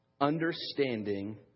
understanding